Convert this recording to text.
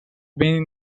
been